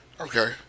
Okay